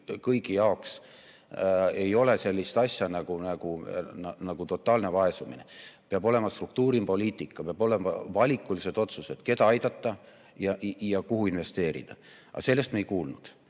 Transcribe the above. kõigi jaoks ei ole sellist asja nagu totaalne vaesumine. Peab olema struktuuripoliitika, peavad olema valikulised otsused, keda aidata ja kuhu investeerida. Aga sellest me ei kuulnud,